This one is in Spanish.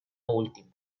último